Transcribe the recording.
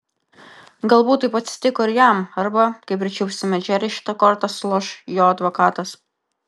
galbūt taip atsitiko ir jam arba kai pričiupsime džerį šita korta suloš jo advokatas